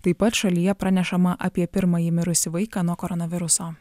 taip pat šalyje pranešama apie pirmąjį mirusį vaiką nuo koronaviruso